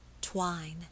twine